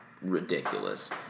ridiculous